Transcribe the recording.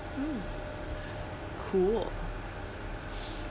mm cool